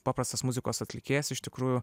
paprastas muzikos atlikėjas iš tikrųjų